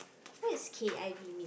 what is K_I_V